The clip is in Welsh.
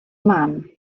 mam